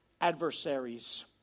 adversaries